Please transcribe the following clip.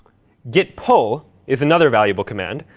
git pull is another valuable command.